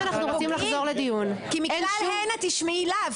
אבל אם אנחנו רוצים לחזור לדיון --- תשמעי אליו,